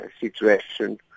situation